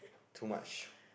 too much